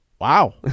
Wow